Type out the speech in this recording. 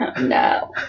No